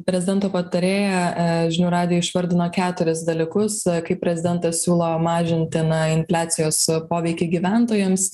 prezidento patarėja žinių radijui išvardino keturis dalykus kaip prezidentas siūlo mažinti na infliacijos poveikį gyventojams